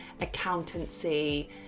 accountancy